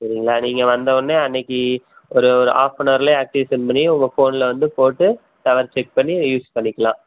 சரிங்களா நீங்கள் வந்த ஒடனே அன்னைக்கி ஒரு ஒரு ஹாஃபனவர்லையே ஆக்டிவேஷன் பண்ணி உங்கள் ஃபோனில் வந்து போட்டு டவர் செக் பண்ணி யூஸ் பண்ணிக்கலாம்